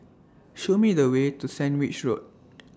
Show Me The Way to Sandwich Road